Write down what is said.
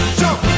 jump